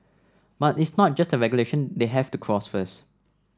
but it's not just the regulation they have to cross first